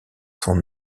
sont